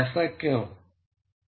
ऐसा क्यों है